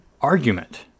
argument